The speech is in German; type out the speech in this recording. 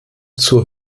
zur